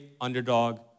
underdog